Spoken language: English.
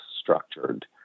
structured